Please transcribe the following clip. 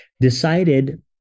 decided